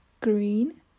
green